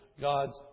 God's